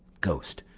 ghost.